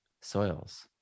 soils